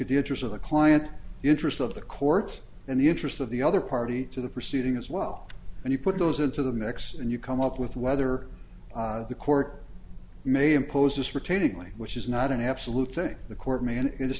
at the interest of the client the interest of the courts and the interest of the other party to the proceeding as well and you put those into the mix and you come up with whether the court may impose this retaining lee which is not an absolute thing the court ma